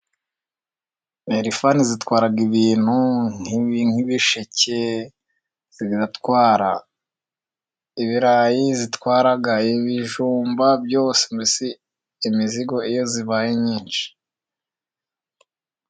Lifani zitwara ibintu nk'ibisheke, zigatwara ibirayi, zitwara ibijumba byose , mbese imizigo iyo ibaye myinshi.